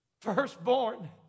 firstborn